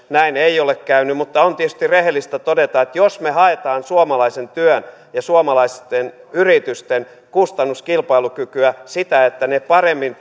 näin ei ole käynyt mutta on tietysti rehellistä todeta että jos me haemme suomalaisen työn ja suomalaisten yritysten kustannuskilpailukykyä sitä että ne paremmin